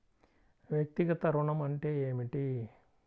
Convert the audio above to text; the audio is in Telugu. వ్యక్తిగత ఋణం అంటే ఏమిటి?